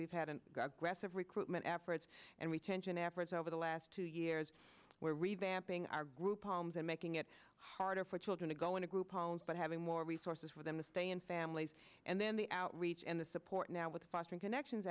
we've had an aggressive recruitment efforts and retention efforts over the last two years where revamping our group homes and making it harder for children to go into group homes but having more resources for them to stay in families and then the outreach and the support now with fostering connections